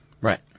Right